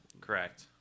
Correct